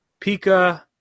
Pika